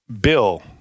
Bill